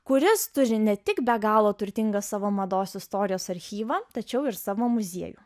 kuris turi ne tik be galo turtingą savo mados istorijos archyvą tačiau ir savo muziejų